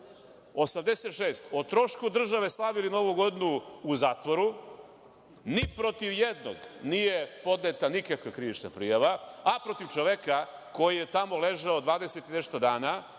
86 o trošku države slavili Novu godinu u zatvoru. Ni protiv jednog nije pdoneta nikakva krivična prijava, a protiv čoveka koji je tamo ležao 20 i nešto dana